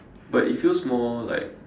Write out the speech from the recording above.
but it feels more like